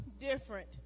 different